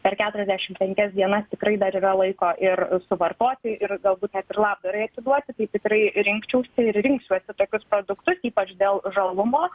per keturiasdešimt penkias dienas tikrai dar yra laiko ir suvartoti ir galbūt net ir labdarai atiduoti tai tikrai rinkčiausi ir rinksiuosi tokius produktus ypač dėl žalumo